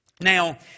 Now